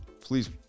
please